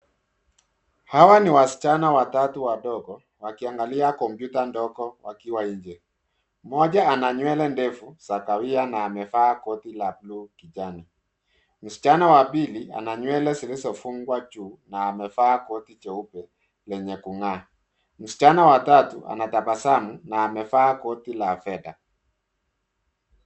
Hawa ni wasichana watatu wadogo wakiangalia kompyuta ndogo wakiwa nje. Mmoja ana nywele ndefu za kahawia na amevaa koti la bluu kijani. Msichana wa pili ana nywele zilizofungwa juu na amevaa koti jeupe lenye kung'aa. Msichana wa tatu anatabasamu na amevaa koti la fedha.